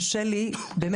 קשה לי באמת,